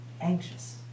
anxious